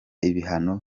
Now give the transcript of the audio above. ibihano